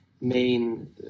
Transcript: main